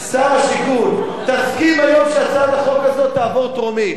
שר השיכון, תסכים היום שהצעת החוק תעבור בטרומית.